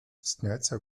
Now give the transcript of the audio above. сняться